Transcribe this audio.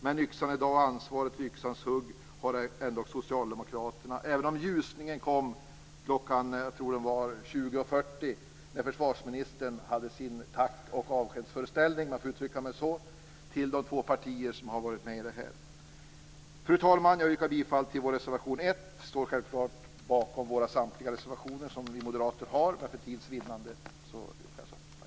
Men ansvaret för yxans hugg har ändock Socialdemokraterna, även om ljusningen kom kl. 20.40, då försvarsministern hade sin tack och avskedsföreställning, om jag får uttrycka mig så, för de två partier som har varit med i det här. Fru talman! Jag yrkar bifall till vår reservation 1. Jag står självklart bakom samtliga reservationer som vi moderater har, men för tids vinnande yrkar jag enligt ovan.